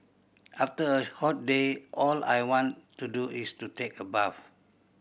after a hot day all I want to do is to take a bath